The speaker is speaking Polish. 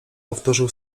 powtórzył